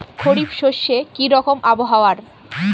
খরিফ শস্যে কি রকম আবহাওয়ার?